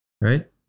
right